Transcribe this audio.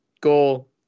goal